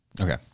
Okay